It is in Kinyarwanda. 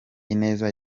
ineza